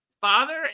father